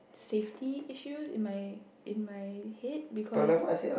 safety issues in my in my head because